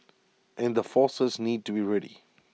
and the forces need to be ready